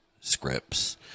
scripts